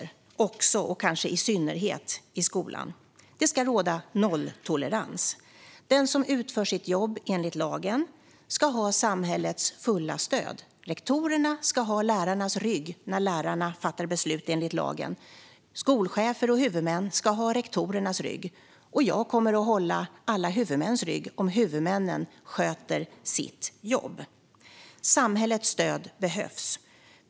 Det gäller också, och kanske i synnerhet, i skolan. Det ska råda nolltolerans. Den som utför sitt jobb enligt lagen ska ha samhällets fulla stöd. Rektorerna ska ha lärarnas rygg när lärarna fattar beslut enligt lagen. Skolchefer och huvudmän ska ha rektorernas rygg. Och jag kommer att hålla alla huvudmäns rygg, om huvudmännen sköter sitt jobb. Samhällets stöd behövs.